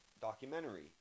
documentary